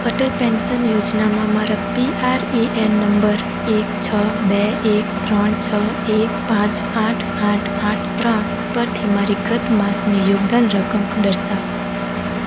Atal pension યોજનામાં મારા PRAN number એક છ બે એક ત્રણ છ એક પાંચ આઠ આઠ આઠ ત્રણ પરથી મારી ગત માસની યોગદાન રકમ દર્શાવો